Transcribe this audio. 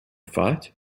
fight